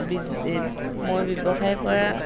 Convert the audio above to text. বিজ মই ব্যৱসায় কৰা